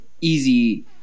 easy